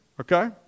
okay